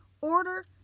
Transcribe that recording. order